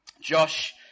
Josh